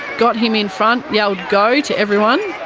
got him in front. yelled go to everyone.